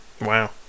Wow